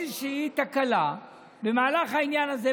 איזושהי תקלה במהלך העניין הזה.